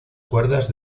cuerdas